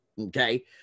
okay